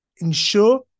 ensure